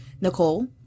Nicole